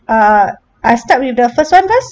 uh I start with the first one first